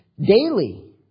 daily